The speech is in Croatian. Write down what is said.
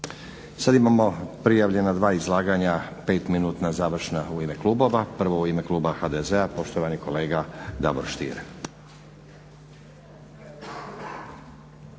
Sad imamo prijavljena dva izlaganja 5-minutna završna u ime klubova. Prvo u ime kluba HDZ-a poštovani kolega Davor Stier.